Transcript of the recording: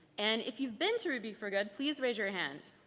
and if you've been to ruby for good please raise your hand.